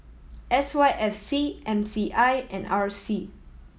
S Y F C M C I and R C